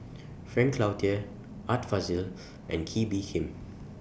Frank Cloutier Art Fazil and Kee Bee Khim